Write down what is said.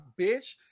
bitch